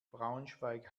braunschweig